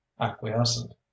acquiescent